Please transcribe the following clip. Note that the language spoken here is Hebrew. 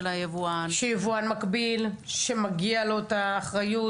היבואן --- שליבואן המקביל גם מגיע לקבל את אותה האחריות?